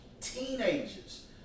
teenagers